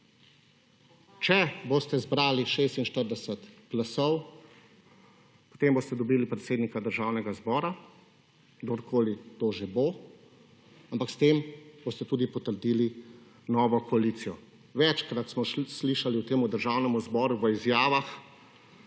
Če boste izbrali 46 glasov, potem boste dobili predsednika Državnega zbora, kdorkoli to že bo, ampak s tem boste tudi potrdili novo koalicijo. Večkrat smo slišali v temu Državnemu zboru v izjavah,